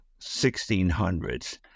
1600s